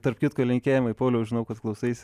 tarp kitko linkėjimai pauliau žinau kad klausaisi